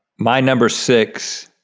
my number six